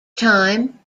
time